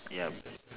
ya